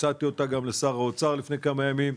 הצגתי אותה גם לשר האוצר לפני כמה ימים,